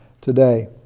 today